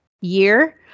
year